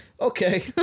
okay